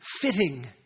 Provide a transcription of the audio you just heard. fitting